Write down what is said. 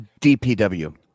DPW